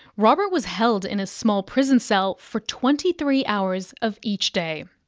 robert was held in a small prison cell for twenty three hours of each day.